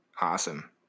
Awesome